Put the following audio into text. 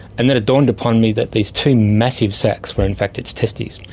and then it dawned upon me that these two massive sacs were in fact its testes.